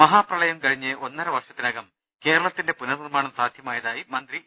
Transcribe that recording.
മഹാപ്രളയം കഴിഞ്ഞ് ഒന്നര വർഷത്തിനകും ക്രേളത്തിന്റെ പുനർനിർമ്മാണം സാധ്യമായതായി മന്ത്രി ഇ